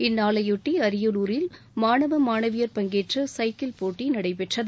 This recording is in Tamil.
இந்நாளையொட்டி அரியலூரில் மாணவ மாணவியர் பங்கேற்ற சைக்கிள் போட்டி நடைபெற்றது